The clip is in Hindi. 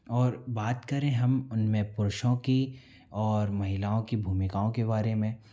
और बात करें हम उनमें पुरुषों की और महिलाओं की भूमिकाओं के बारे में